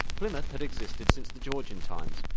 plymouth had existed since the georgian times,